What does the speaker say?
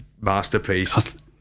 masterpiece